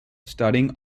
studying